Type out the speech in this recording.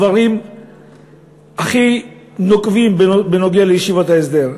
את הדברים הכי נוקבים בנוגע לישיבות ההסדר.